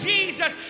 Jesus